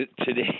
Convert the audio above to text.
today